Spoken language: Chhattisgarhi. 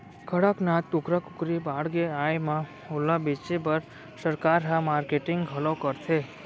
कड़कनाथ कुकरा कुकरी बाड़गे आए म ओला बेचे बर सरकार ह मारकेटिंग घलौ करथे